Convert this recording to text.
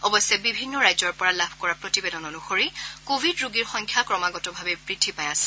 অৱশ্যে বিভিন্ন ৰাজ্যৰ পৰা লাভ কৰা প্ৰতিবেদন অনুসৰি কভিড ৰোগীৰ সংখ্যা ক্ৰমাগতভাৱে বৃদ্ধি পাই আছে